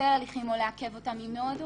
ביטול הליכים או עיכובם היא מאוד ארוכה,